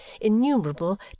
innumerable